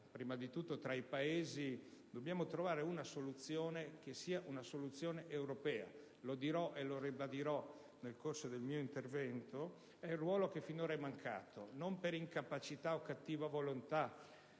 prima di tutto tra i Paesi, dobbiamo trovare una soluzione che sia una soluzione europea. Lo dirò e lo ribadirò nel corso del mio intervento: è il ruolo che finora è mancato, e non per incapacità o cattiva volontà